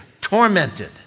tormented